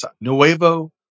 Nuevo